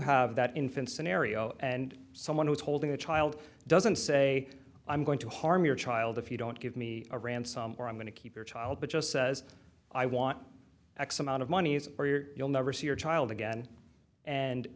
have that infant scenario and someone who is holding a child doesn't say i'm going to harm your child if you don't give me a ransom or i'm going to keep your child but just says i want x amount of monies or your you'll never see your child again and